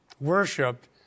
worshipped